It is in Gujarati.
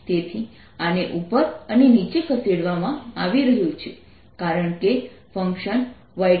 તેથી આને ઉપર અને નીચે ખસેડવામાં આવી રહ્યું છે કારણ કે ફંકશન yt0